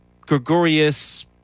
Gregorius